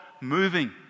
moving